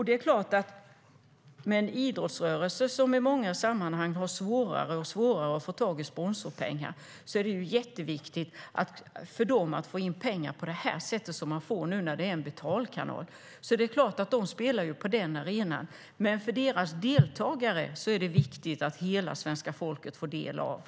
Det är klart att det för en idrottsrörelse som i många sammanhang har svårare och svårare att få tag i sponsorpengar är jätteviktigt att få in pengar på det sätt som den får nu när det är en betalkanal. Det är klart att den spelar på den arenan. Men för dess deltagare är det viktigt att hela svenska folket får ta del.